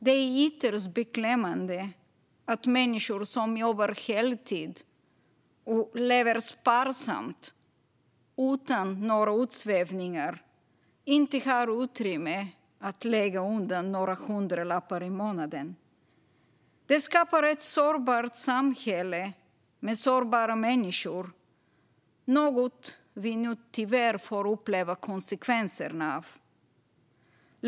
Det är ytterst beklämmande att människor som jobbar heltid och lever sparsamt utan några utsvävningar inte har utrymme att lägga undan några hundralappar i månaden. Det skapar ett sårbart samhälle med sårbara människor, något som vi nu tyvärr får uppleva konsekvenserna av.